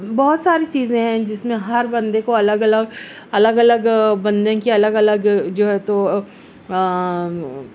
بہت ساری چیزیں ہیں جس میں ہر بندے کو الگ الگ الگ الگ بندے کی الگ الگ جو ہے تو